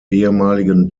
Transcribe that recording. ehemaligen